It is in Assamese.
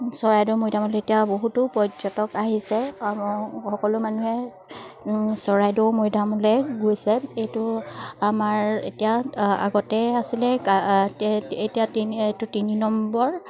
চৰাইদেউ মৈদামলৈ এতিয়া বহুতো পৰ্যটক আহিছে সকলো মানুহে চৰাইদেউ মৈদামলৈ গৈছে এইটো আমাৰ এতিয়া আগতে আছিলে এতিয়া তিনি এইটো তিনি নম্বৰ